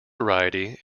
variety